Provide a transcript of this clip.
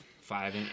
Five